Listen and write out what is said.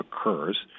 occurs